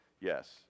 Yes